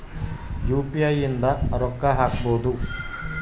UPI ಇಂದ ರೊಕ್ಕ ಹಕ್ಬೋದು